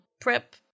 prep